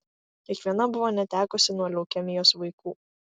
kiekviena buvo netekusi nuo leukemijos vaikų